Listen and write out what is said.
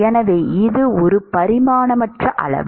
எனவே இது ஒரு பரிமாணமற்ற அளவு